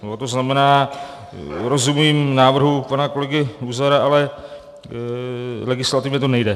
To znamená, rozumím návrhu pana kolegy Luzara, ale legislativně to nejde.